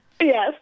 yes